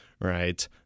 Right